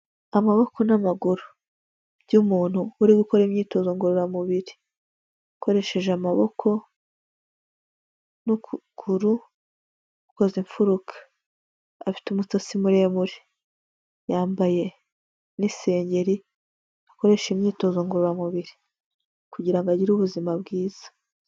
Amaboko n'amaguru by'umuntu uri gukora imyitozo ngororamubiri, ukoresheje amaboko n'ukuguru ukoze imfuruka, afite umusatsi muremure yambaye n'isengenyeri akoresha imyitozo ngororamubiri kugira ngo agire ubuzima bwiza.